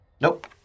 Nope